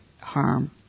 harm